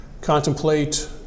contemplate